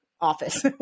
office